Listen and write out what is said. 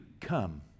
come